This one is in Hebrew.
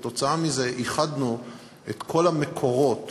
בעקבות זאת איחדנו את כל המקורות